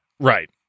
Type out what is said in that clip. Right